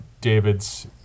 David's